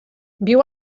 viu